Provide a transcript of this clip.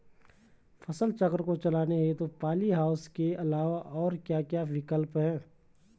फसल चक्र को चलाने हेतु पॉली हाउस के अलावा और क्या क्या विकल्प हैं?